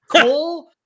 Cole